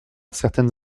certaines